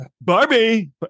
Barbie